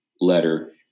letter